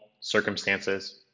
circumstances